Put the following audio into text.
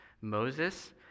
Moses